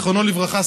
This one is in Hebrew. זיכרונו לברכה,